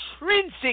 intrinsic